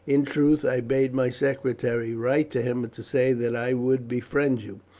in truth, i bade my secretary write to him to say that i would befriend you.